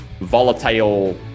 volatile